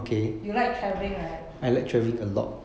you like travelling right